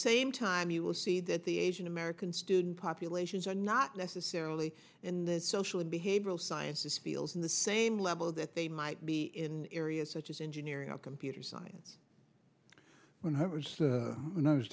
same time you will see that the asian american student populations are not necessarily in the social and behavioral sciences fields in the same level that they might be in areas such as engineering a computer science when i was when i was